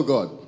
God